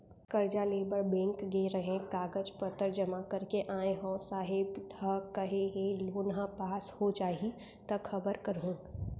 करजा लेबर बेंक गे रेहेंव, कागज पतर जमा कर के आय हँव, साहेब ह केहे हे लोन ह पास हो जाही त खबर करहूँ